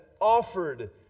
offered